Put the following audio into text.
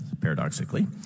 paradoxically